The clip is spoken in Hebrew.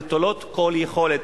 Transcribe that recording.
נטולות כל יכולת,